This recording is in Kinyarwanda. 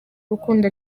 urukundo